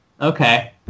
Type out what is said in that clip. Okay